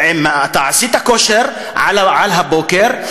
ואם אתה עשית כושר על הבוקר,